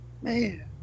Man